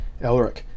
Elric